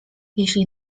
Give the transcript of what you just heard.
jeśli